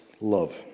love